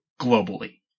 globally